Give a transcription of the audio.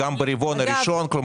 גם ברבעון הראשון?